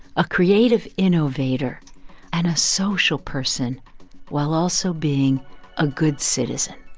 a creative innovator and a social person while also being a good citizen?